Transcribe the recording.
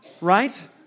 right